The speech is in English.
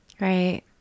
right